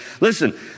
listen